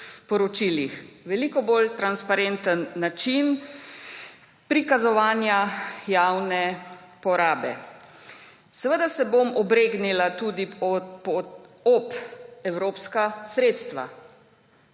veliko bolj transparenten način prikazovanja javne porabe. Seveda se bom obregnila tudi ob evropska sredstva.